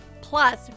plus